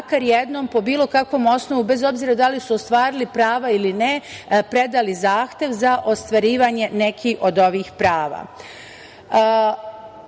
makar jednom, po bilo kakvom osnovu, bez obzira da li su ostvarili prava ili ne, predali zahtev za ostvarivanje nekih od ovih prava. Znači,